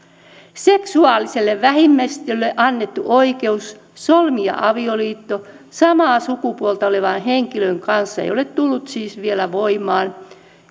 seksuaaliselle vähemmistölle annettu oikeus solmia avioliitto samaa sukupuolta olevan henkilön kanssa ei ole tullut siis vielä voimaan